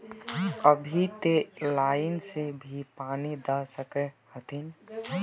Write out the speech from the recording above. अभी ते लाइन से भी पानी दा सके हथीन?